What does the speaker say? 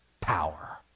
power